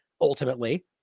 ultimately